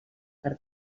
per